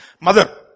mother